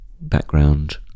background